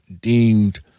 deemed